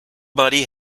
muddy